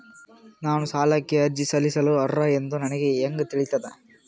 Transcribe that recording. ನಾನು ಸಾಲಕ್ಕೆ ಅರ್ಜಿ ಸಲ್ಲಿಸಲು ಅರ್ಹ ಎಂದು ನನಗೆ ಹೆಂಗ್ ತಿಳಿತದ?